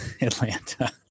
Atlanta